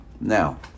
Now